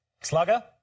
Slugger